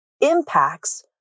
impacts